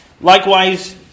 Likewise